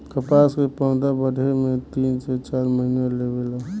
कपास के पौधा बढ़े में तीन से चार महीना लेवे ला